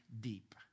deep